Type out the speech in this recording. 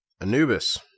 Anubis